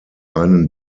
einen